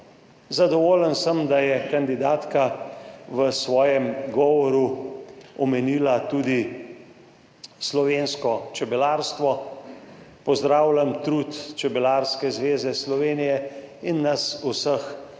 Zadovoljen sem, da je kandidatka v svojem govoru omenila tudi slovensko čebelarstvo. Pozdravljam trud Čebelarske zveze Slovenije in nas vseh